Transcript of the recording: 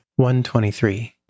123